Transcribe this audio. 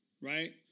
right